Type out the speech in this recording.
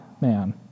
man